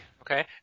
Okay